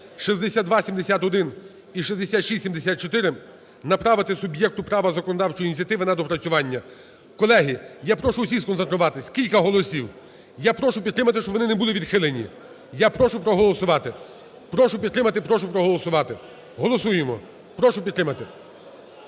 6271 і 6674 направити суб'єкту права законодавчої ініціативи на доопрацювання. Колеги, я прошу всіх сконцентруватись, кілька голосів, я прошу підтримати, щоб вони не були відхилені. Я прошу проголосувати. Прошу підтримати. Прошу проголосувати. Голосуємо. Прошу підтримати.